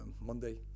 Monday